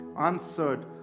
answered